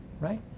right